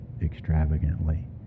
extravagantly